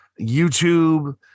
YouTube